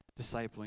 discipling